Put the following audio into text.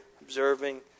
observing